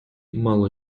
мало